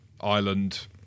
Ireland